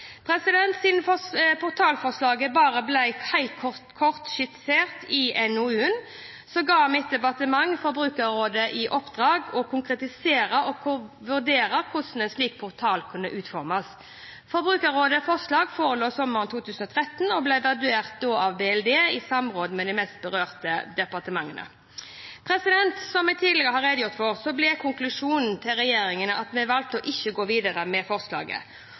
Siden portalforslaget bare ble helt kort skissert i NOU-en, ga mitt departement Forbrukerrådet i oppdrag å konkretisere og vurdere hvordan en slik portal kunne utformes. Forbrukerrådets forslag forelå sommeren 2013 og ble vurdert av Barne-, likestillings- og inkluderingsdepartementet i samråd med de mest berørte departementene. Som jeg tidligere har redegjort for, ble regjeringens konklusjon at vi valgte å ikke gå videre med forslaget.